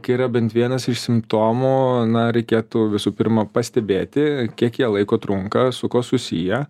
kai bent vienas iš simptomų na reikėtų visų pirma pastebėti kiek jie laiko trunka su kuo susiję